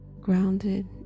Grounded